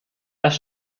als